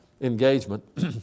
engagement